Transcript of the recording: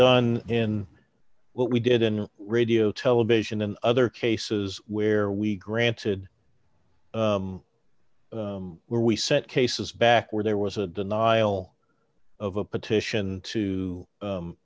done in what we did in radio television in other cases where we granted where we set cases back where there was a denial of a petition to